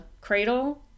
cradle